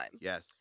Yes